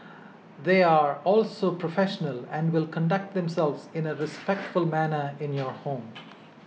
they are also professional and will conduct themselves in a respectful manner in your home